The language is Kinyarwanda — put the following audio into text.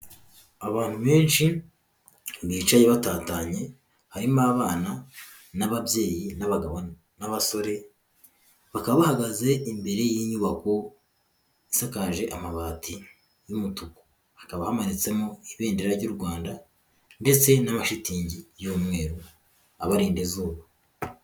Abantu benshi bicaye batatanye harimo abana, ababyeyi ,abagabo, n'abasore. Bakaba bahagaze imbere y'inyubako isakaje amabati y'umutuku hakaba yamanitsemo ibendera ry'u rwanda ndetse n'amashitingi y'umweru abarinda izuba.